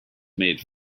made